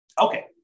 Okay